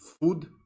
food